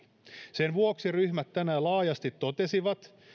sen vuoksi ryhmät tänään laajasti totesivat